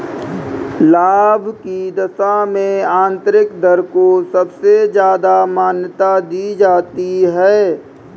लाभ की दशा में आन्तरिक दर को सबसे ज्यादा मान्यता दी जाती है